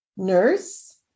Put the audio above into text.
nurse